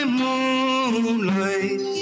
moonlight